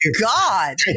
God